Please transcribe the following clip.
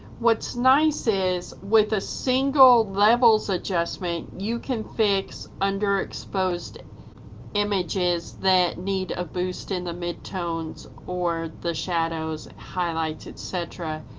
what's nice is with a single levels adjustment, you can fix underexposed images that need a boost in the mid-tones, or the shadows, highlights, etc.